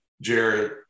Jared